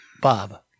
Bob